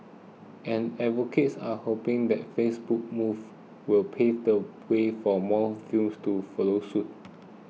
and advocates are hoping that Facebook's move will pave the way for more firms to follow suit